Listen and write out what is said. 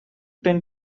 tend